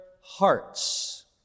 hearts